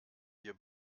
wir